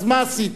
אז מה עשיתם?